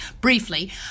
briefly